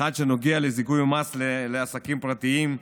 האחד נוגע לזיכוי במס לעסקים פרטיים,